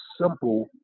simple